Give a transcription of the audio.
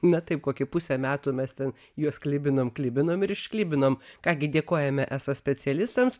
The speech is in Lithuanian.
na taip kokį pusę metų mes ten juos klibinome klibinome ir išklibino ką gi dėkojame eso specialistams